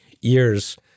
years